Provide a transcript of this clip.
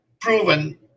proven